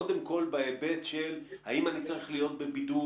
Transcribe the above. קודם כול בהיבט של אם אני צריך להיות בבידוד,